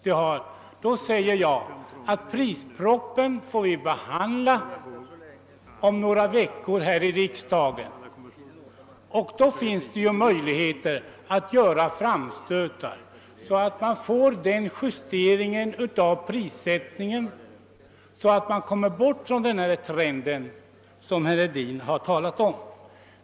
Jag säger då att vi kommer att behandla propositionen om jordbrukspriserna om några veckor, och då finns det möjligheter att här göra framstötar för att åstadkomma sådan justering av prissättningen att vi kommer bort från den trend som herr Hedin talade om.